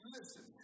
Listen